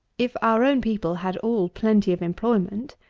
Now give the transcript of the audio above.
if our own people had all plenty of employment,